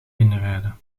binnenrijden